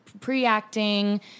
Pre-acting